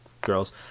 girls